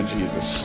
Jesus